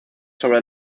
sobre